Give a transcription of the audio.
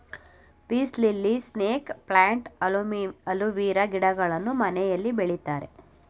piece lily, snake plant, aloe vera ಗಿಡಗಳನ್ನು ಮನೆಯಲ್ಲಿ ಬೆಳಿತಾರೆ